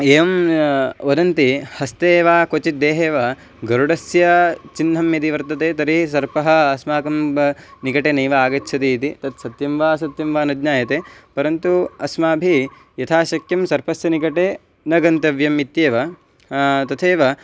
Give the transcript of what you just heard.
एवं वदन्ति हस्ते वा क्वचित् देहे वा गरुडस्य चिह्नं यदि वर्तते तर्हि सर्पः अस्माकं निकटे नैव आगच्छति इति तत् सत्यं वा सत्यं वा न ज्ञायते परन्तु अस्माभिः यथाशक्यं सर्पस्य निकटे न गन्तव्यम् इत्येव तथैव